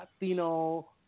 Latino